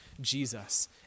Jesus